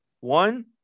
one